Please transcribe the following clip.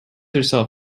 herself